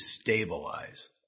stabilize